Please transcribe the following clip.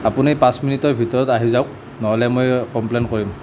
আপুনি পাচঁ মিনিটৰ ভিতৰত আহি যাওঁক নহ'লে মই কমপ্লেইন কৰিম